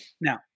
Now